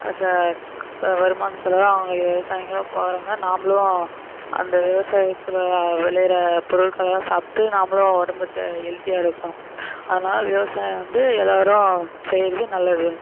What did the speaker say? ச வருமானத்தில் தான் அவங்க விவசாயமே பார்க்கறாங்க நாம்ளும் அந்த விவசாயத்தில் விளையிற பொருட்களெலாம் சாப்பிட்டு நாமளும் உடம்ப தே ஹெல்தியாக இருக்கும் அதனால் விவசாயம் வந்து எல்லாேரும் செய்கிறது நல்லது